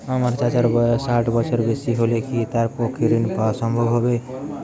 আমার চাচার বয়স ষাট বছরের বেশি হলে কি তার পক্ষে ঋণ পাওয়া সম্ভব হবে?